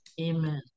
amen